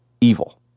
evil